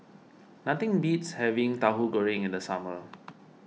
nothing beats having Tahu Goreng in the summer